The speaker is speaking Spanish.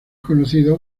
conocido